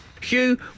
Hugh